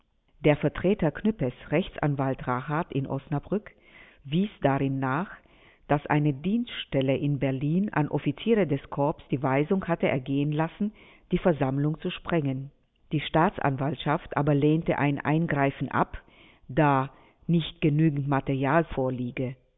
der vertreter knüppes rechtsanwalt rahardt in osnabrück wies darin nach daß eine dienststelle in berlin an offiziere des korps die weisung habe ergehen lassen die versammlung zu sprengen die staatsanwaltschaft aber lehnte ein eingreifen ab da nicht genügend material vorliege